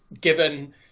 given